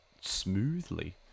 smoothly